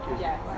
Yes